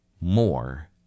more